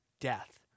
death